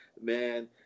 man